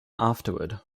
afterward